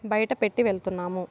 బయట పెట్టి వెళ్తున్నాము